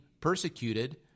persecuted